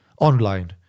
online